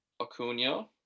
Acuna